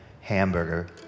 hamburger